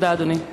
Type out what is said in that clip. תודה, אדוני.